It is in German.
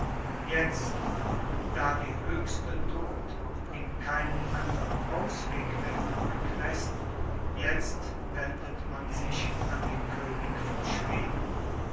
jetzt da die höchste noth ihm keinen andern ausweg mehr übrig läßt jetzt wendet man sich an den könig von schweden